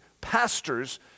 pastors